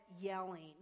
yelling